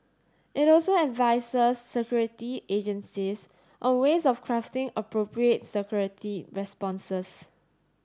it also advises security agencies on ways of crafting appropriate security responses